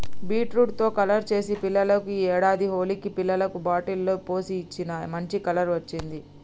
beetroot తో colour చేసి పిల్లలకు ఈ ఏడాది హోలికి పిల్లలకు బాటిల్ లో పోసి ఇచ్చిన, మంచి కలర్ వచ్చింది